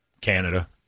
Canada